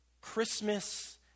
Christmas